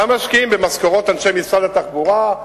מה משקיעים, במשכורות אנשי משרד התחבורה?